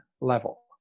level